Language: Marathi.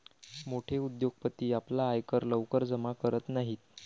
मोठे उद्योगपती आपला आयकर लवकर जमा करत नाहीत